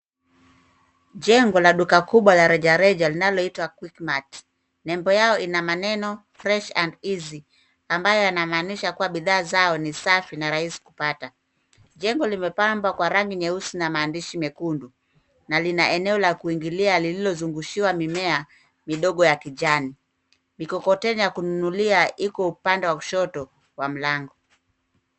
Jengo la duka kubwa la rejareja linaloitwa quickmart . Nembo yao ina maneno fresh and easy ambayo yanamaanisha kuwa bidhaa zao ni safi na rahisi kupata. Jengo limepambwa kwa rangi nyeusi na maandishi mekundu na lina eneo la kuingilia lililozungushiwa mimea ya kijani. Mikokoteni ya kununulia iko upande wa kushoto kwa mlango.